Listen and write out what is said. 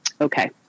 okay